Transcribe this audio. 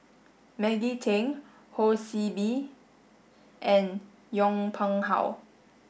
Maggie Teng Ho See Beng and Yong Pung How